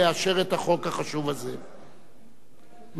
מדובר בערך ב-20 דקות עד להצבעה,